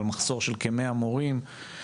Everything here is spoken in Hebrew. על מחסור של כמאה מורים,